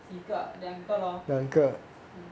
几个 ah 两个 lor